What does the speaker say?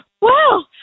wow